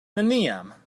neniam